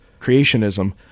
creationism